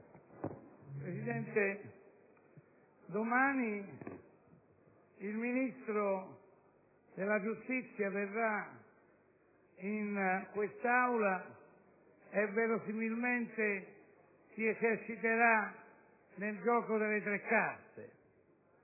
Presidente, domani il Ministro della giustizia verrà in quest'Aula e verosimilmente si eserciterà nel gioco delle tre carte.